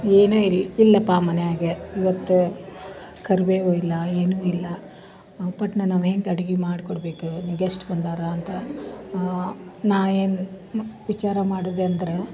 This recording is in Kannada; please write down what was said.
ಏನೇ ಇರಲಿ ಇಲ್ಲಪ್ಪ ಮನೆಯಾಗೆ ಇವತ್ತು ಕರಿಬೇವು ಇಲ್ಲ ಏನು ಇಲ್ಲ ಉಪ್ಪಟ್ನ ನಾವು ಹೆಂಗೆ ಅಡಿಗೆ ಮಾಡ್ಕೊಡಬೇಕು ಗೆಸ್ಟ್ ಬಂದಾರ ಅಂತ ನಾ ಏನು ವಿಚಾರ ಮಾಡುದಂದ್ರೆ